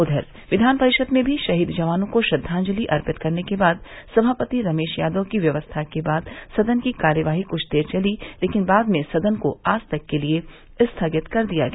उधर क्षिान परिषद में भी शहीद जवानों को श्रद्वाजंति अर्पित करने के बाद सभापति रमेश यादव की व्यवस्था के बाद सदन की कार्यवाही क्छ देर चली लेकिन बाद में सदन को आज तक के लिये स्थगित कर दिया गया